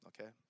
Okay